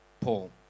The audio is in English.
Paul